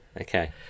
Okay